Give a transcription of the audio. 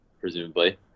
presumably